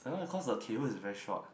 I don't know cause the cable is very short